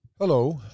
Hello